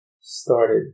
started